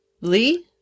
Lee